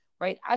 right